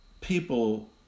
people